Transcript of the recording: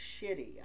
shitty